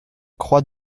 croix